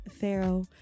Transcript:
Pharaoh